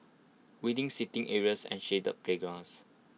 windy seating areas and shaded playgrounds